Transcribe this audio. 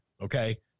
okay